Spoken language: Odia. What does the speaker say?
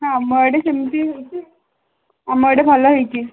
ହଁ ଆମ ଆଡ଼େ ସେମିତି ହେଇଛି ଆଉ ଆମ ଆଡ଼େ ଭଲ ହେଇଛି